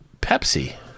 Pepsi